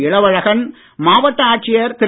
இளவழகன் மாவட்ட ஆட்சியர் திரு